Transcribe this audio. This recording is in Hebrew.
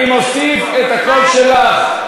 אני מוסיף את הקול שלך.